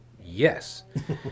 yes